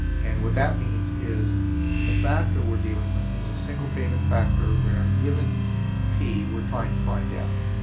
and what that means is that the factor we're dealing with is a single payment factor where given p, we're trying to find f.